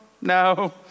no